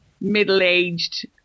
middle-aged